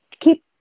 keep